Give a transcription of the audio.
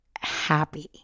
happy